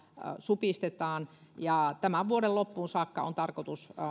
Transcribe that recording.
supistetaan ja tämän vuoden loppuun saakka on tarkoitus